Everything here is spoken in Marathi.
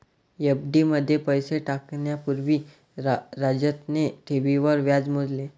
एफ.डी मध्ये पैसे टाकण्या पूर्वी राजतने ठेवींवर व्याज मोजले